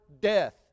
death